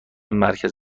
مرکز